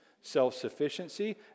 self-sufficiency